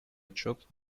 отчет